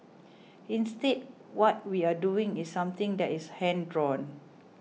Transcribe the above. instead what we are doing is something that is hand drawn